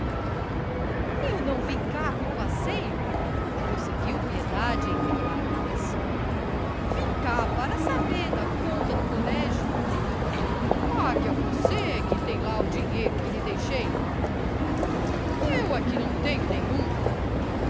eu não vim cá por passeio prosseguiu piedade entre lágrimas vim cá para saber da conta do colégio pague a você que tem lá o dinheiro que lhe deixei eu é que não tenho nenhum